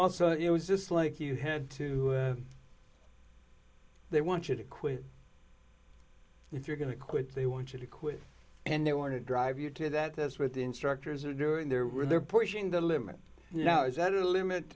also it was just like you had to they want you to quit if you're going to quit they want you to quit and they want to drive you to that as with the instructors are doing there were they're pushing the limit now is that a limit